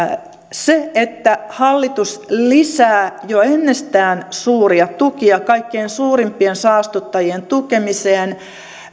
se että hallitus lisää jo ennestään suuria tukia kaikkein suurimpien saastuttajien tukemiseen